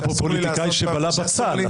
היה פה פוליטיקאי שבלע בצל,